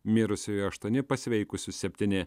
mirusiųjų aštuoni pasveikusių septyni